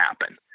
happen